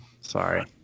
sorry